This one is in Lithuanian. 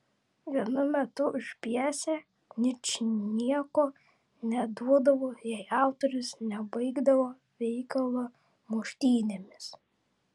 vienu metu už pjesę ničnieko neduodavo jei autorius nebaigdavo veikalo muštynėmis